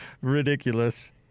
ridiculous